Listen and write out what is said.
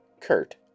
Kurt